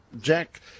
Jack